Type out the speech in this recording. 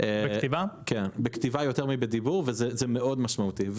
יותר מדיבור וזה מאוד משמעותי.